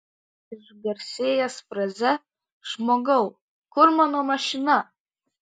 išgarsėjęs fraze žmogau kur mano mašina